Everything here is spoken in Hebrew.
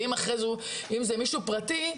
אם זה מישהו פרטי,